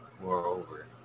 Moreover